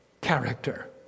character